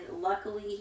luckily